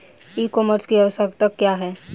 ई कॉमर्स की आवशयक्ता क्या है?